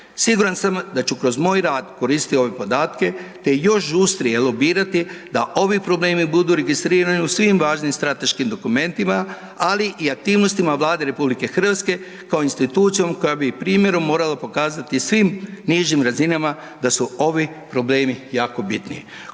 Siguran sam da ću kroz moj rad koristiti ove podatke te još žustrije lobirati da ovi problemi budu registrirani u svim važnim strateškim dokumentima, ali i aktivnostima Vlade Republike Hrvatske kao institucije koja bi i primjerom morala pokazati svim nižim razinama da su ovi problemi jako bitni.